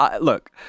look